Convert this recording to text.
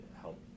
help